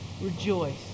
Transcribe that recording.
rejoice